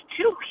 two